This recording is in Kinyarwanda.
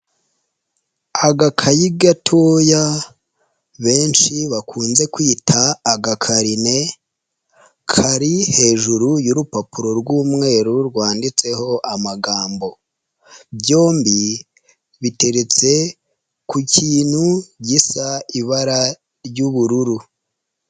Agakayi gatoya benshi bakunze kwita agakarine kari hejuru y'urupapuro rw'umweru rwanditseho amagambo, byombi biteretse ku kintu gisa ibara ry'ubururu.